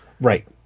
Right